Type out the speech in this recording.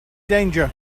danger